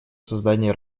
создания